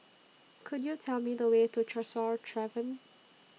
Could YOU Tell Me The Way to Tresor Tavern